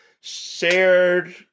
shared